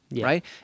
Right